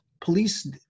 police